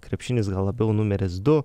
krepšinis gal labiau numeris du